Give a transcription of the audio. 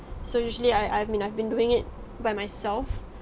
so usually I I've been I've been doing it by myself